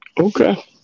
Okay